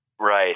Right